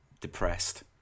depressed